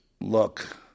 look